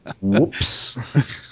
Whoops